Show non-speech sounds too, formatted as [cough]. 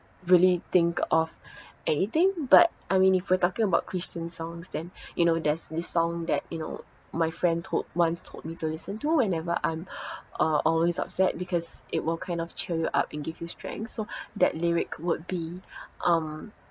really think of anything but I mean if we're talking about christian songs then you know that's this song that you know my friend told once told me to listen to whenever I'm [breath] uh always upset because it will kind of cheer you up and give you strength so [breath] that lyric would be um